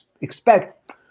expect